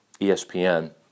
ESPN